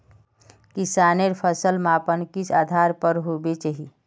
किसानेर फसल मापन किस आधार पर होबे चही?